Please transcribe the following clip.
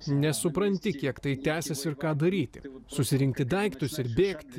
nesupranti kiek tai tęsis ir ką daryti ir susirinkti daiktus ir bėgti